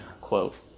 Quote